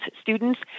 students